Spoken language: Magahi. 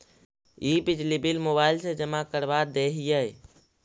हम बिजली बिल मोबाईल से जमा करवा देहियै?